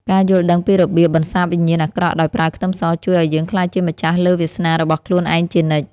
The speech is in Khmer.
ការយល់ដឹងពីរបៀបបន្សាបវិញ្ញាណអាក្រក់ដោយប្រើខ្ទឹមសជួយឱ្យយើងក្លាយជាម្ចាស់លើវាសនារបស់ខ្លួនឯងជានិច្ច។